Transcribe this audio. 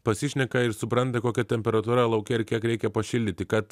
pasišneka ir supranta kokia temperatūra lauke ar kiek reikia pašildyti kad